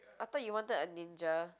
I thought you wanted a ninja